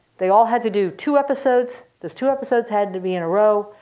they all had to do two episodes. those two episodes had to be in a row.